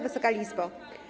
Wysoka Izbo!